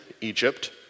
Egypt